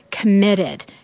committed